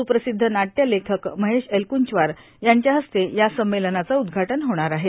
स्प्रसिद्ध नाट्य लेखक महेश एलक्ंचवार यांच्या हस्ते या संमेलनाचं उद्घाटन होणार आहे